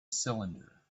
cylinder